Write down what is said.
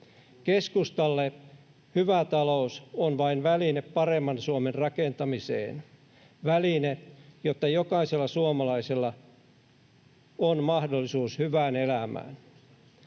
Keskustalle hyvä talous on vain väline paremman Suomen rakentamiseen, väline, jotta jokaisella suomalaisella on mahdollisuus hyvään elämään.